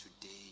today